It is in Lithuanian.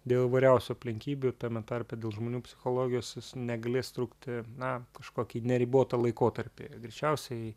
dėl įvairiausių aplinkybių ir tame tarpe dėl žmonių psichologijos jos negalės trukti na kažkokį neribotą laikotarpį greičiausiai